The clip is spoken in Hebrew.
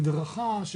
על המדרכה,